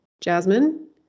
Jasmine